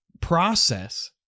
process